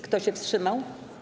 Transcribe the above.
Kto się wstrzymał?